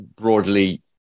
broadly